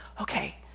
okay